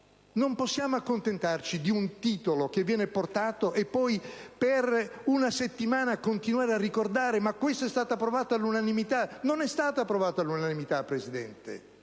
Non possiamo accontentarci di un titolo che viene portato e poi per una settimana continuare a ricordare che quel calendario è stato approvato all'unanimità: non è stato approvato all'unanimità, signor